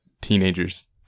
teenagers